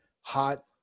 hot